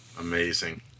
Amazing